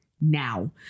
now